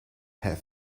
had